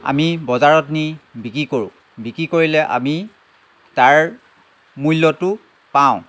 আমি বজাৰত নি বিকি কৰোঁ বিকি কৰিলে আমি তাৰ মূল্যটো পাওঁ